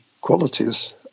qualities